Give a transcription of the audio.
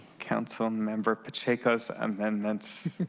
councilmember pacheco's amendment